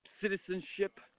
citizenship